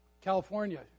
California